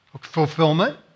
Fulfillment